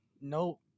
No